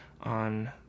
on